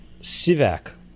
Sivak